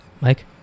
Mike